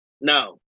no